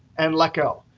and let go.